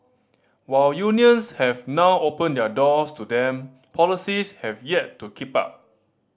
while unions have now opened their doors to them policies have yet to keep up